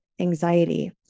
anxiety